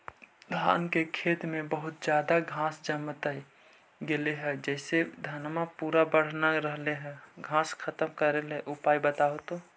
धान के खेत में बहुत ज्यादा घास जलमतइ गेले हे जेसे धनबा पुरा बढ़ न रहले हे घास खत्म करें के उपाय बताहु तो?